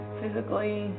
physically